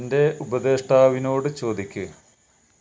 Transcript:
എന്റെ ഉപദേഷ്ടാവിനോട് ചോദിക്ക്